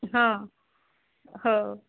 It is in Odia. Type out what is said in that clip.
ହଁ ହଉ